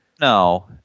No